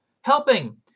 Helping